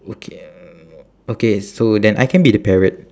okay okay so then I can be the parrot